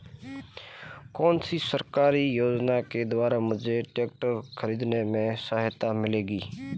कौनसी सरकारी योजना के द्वारा मुझे ट्रैक्टर खरीदने में सहायता मिलेगी?